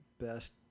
best